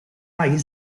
egin